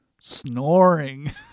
Snoring